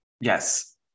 Yes